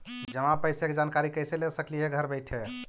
जमा पैसे के जानकारी कैसे ले सकली हे घर बैठे?